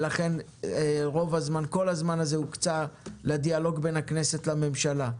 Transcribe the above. לכן כל הזמן הזה הוקצה לדיאלוג בין הכנסת לבין הממשלה.